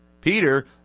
Peter